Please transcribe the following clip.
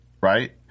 right